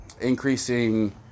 increasing